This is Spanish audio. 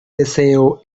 deseo